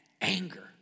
anger